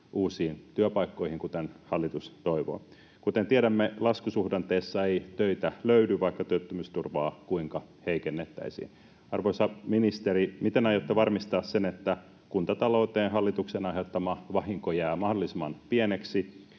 uusiin työpaikkoihin, kuten hallitus toivoo. Kuten tiedämme, laskusuhdanteessa ei töitä löydy, vaikka työttömyysturvaa kuinka heikennettäisiin. Arvoisa ministeri, miten aiotte varmistaa sen, että hallituksen aiheuttama vahinko kuntatalouteen jää mahdollisimman pieneksi